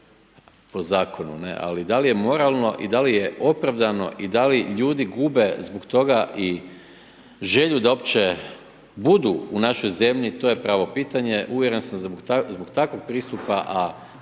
po zakonu ne, ali da li je moralno i da li je opravdano i da li ljudi gube zbog toga i želju da uopće budu u našoj zemlji, to je pravo pitanje, uvjeren sam zbog takvog pristupa, a